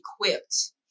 equipped